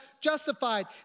justified